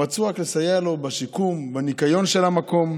הם רצו רק לסייע לו בשיקום, בניקיון של המקום.